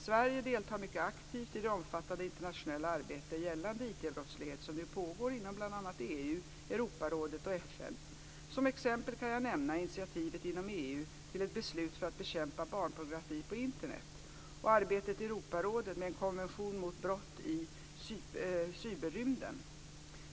Sverige deltar mycket aktivt i det omfattande internationella arbete gällande IT-brottslighet som nu pågår inom bl.a. EU, Europarådet och FN. Som exempel kan jag nämna initiativet inom EU till ett beslut för att bekämpa barnpornografi på Internet och arbetet i Europarådet med en konvention mot brott i cyberrymden.